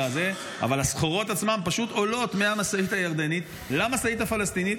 אבל הסחורות עצמן פשוט עולות מהמשאית הירדנית למשאית הפלסטינית,